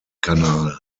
kanal